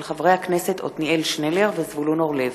של חברי הכנסת עתניאל שנלר וזבולון אורלב.